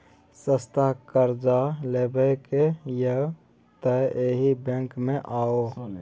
सस्ता करजा लेबाक यै तए एहि बैंक मे आउ